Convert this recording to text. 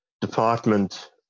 department